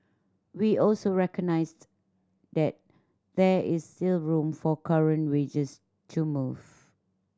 we also recognised that there is still room for current wages to move